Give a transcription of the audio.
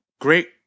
great